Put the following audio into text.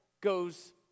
goes